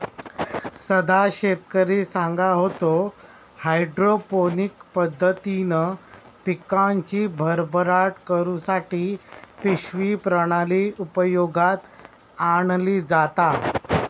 सदा शेतकरी सांगा होतो, हायड्रोपोनिक पद्धतीन पिकांची भरभराट करुसाठी पिशवी प्रणाली उपयोगात आणली जाता